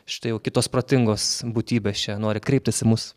štai jau kitos protingos būtybės čia nori kreiptis į mus